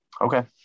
Okay